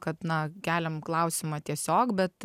kad na keliam klausimą tiesiog bet